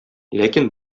ләкин